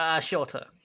shorter